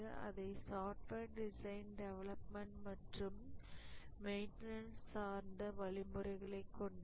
அவை software design development மற்றும் maintenance சார்ந்த வழிமுறைகளை கொண்டது